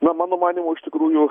na mano manymu iš tikrųjų